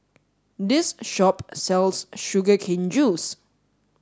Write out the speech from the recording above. this shop sells sugar cane juice